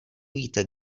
víte